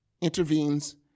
intervenes